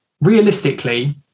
realistically